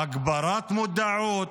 הגברת מודעות,